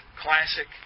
Classic